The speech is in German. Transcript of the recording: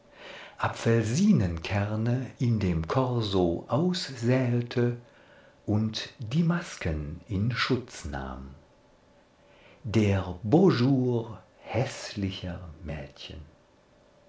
pistoja apfelsinenkerne in dem korso aussäete und die masken in schutz nahm der beau jour häßlicher mädchen